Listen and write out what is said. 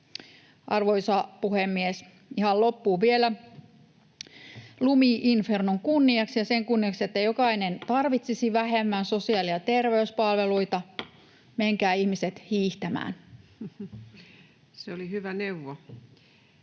Arvoisa puhemies! Ihan loppuun vielä lumi-infernon kunniaksi ja sen kunniaksi, että jokainen tarvitsisi vähemmän sosiaali- ja terveyspalveluita: menkää ihmiset hiihtämään. [Speech 284]